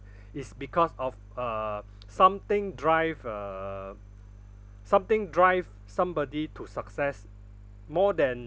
is because of uh something drive uh something drive somebody to success more than